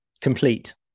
complete